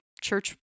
church